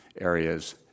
areas